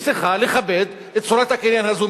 היא צריכה לכבד את צורת הקניין הזאת,